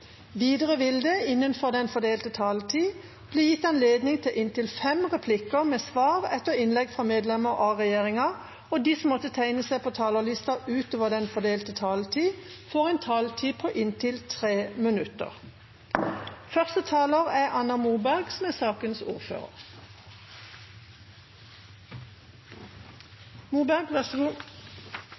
Videre vil det – innenfor den fordelte taletid – bli gitt anledning til replikker med svar etter innlegg fra medlemmer av regjeringen, og de som måtte tegne seg på talerlisten utover den fordelte taletid, får en taletid på inntil 3 minutter. Forslaget frå Framstegspartiet som me i dag behandlar, får ikkje fleirtal. Det er